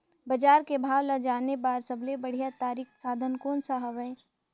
बजार के भाव ला जाने बार सबले बढ़िया तारिक साधन कोन सा हवय?